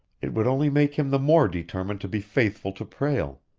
it would only make him the more determined to be faithful to prale.